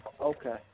Okay